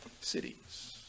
cities